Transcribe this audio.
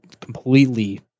completely